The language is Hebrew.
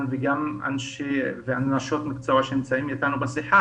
וגם אנשי ונשות מקצוע שנמצאים איתנו בשיחה,